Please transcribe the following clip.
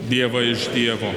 dievą iš dievo